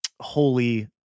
holy